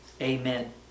Amen